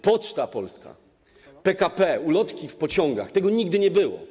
Poczta Polska, PKP, ulotki w pociągach - tego nigdy nie było.